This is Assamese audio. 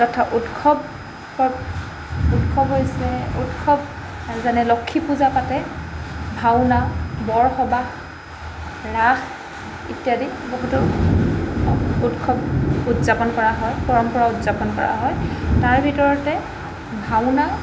তথা উৎসৱ সৱ উৎসৱ হৈছে উৎসৱ যেনে লক্ষ্মী পূজা পাতে ভাওনা বৰসবাহ ৰাস ইত্যাদি বহুতো উৎসৱ উদযাপন কৰা হয় পৰম্পৰা উদযাপন কৰা হয় তাৰ ভিতৰতে ভাওনা